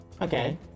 Okay